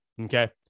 Okay